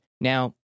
Now